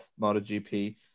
MotoGP